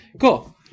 Cool